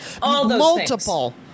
multiple